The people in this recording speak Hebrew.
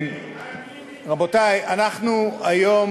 רבותי, היום